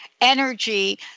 energy